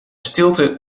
stilte